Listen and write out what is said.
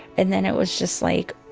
and then it was just like